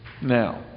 now